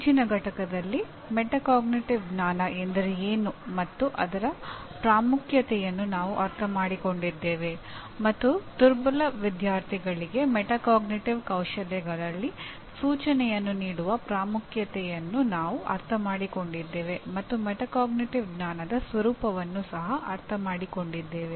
ಮುಂಚಿನ ಪಠ್ಯದಲ್ಲಿ ಮೆಟಾಕಾಗ್ನಿಟಿವ್ ಜ್ಞಾನದ ಸ್ವರೂಪವನ್ನು ಸಹ ಅರ್ಥಮಾಡಿಕೊಂಡಿದ್ದೇವೆ